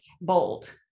bold